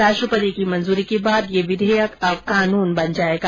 राष्ट्रपति की मंजूरी के बाद यह विधेयक कानून बन जायेगा